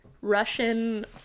Russian